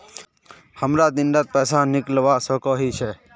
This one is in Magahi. हमरा दिन डात पैसा निकलवा सकोही छै?